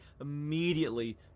immediately